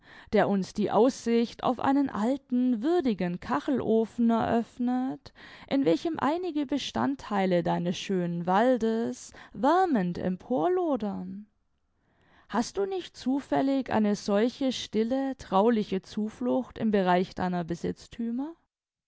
der uns die aussicht auf einen alten würdigen kachelofen eröffnet in welchem einige bestandtheile deines schönen waldes wärmend emporlodern hast du nicht zufällig eine solche stille trauliche zuflucht im bereich deiner besitzthümer